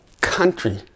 country